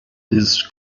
his